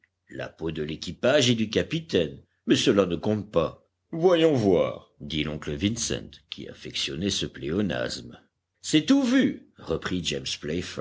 la peau de l'équipage et du capitaine mais cela ne compte pas voyons voir dit l'oncle vincent qui affectionnait ce pléonasme c'est tout vu reprit james